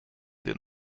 den